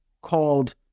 called